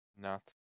Nuts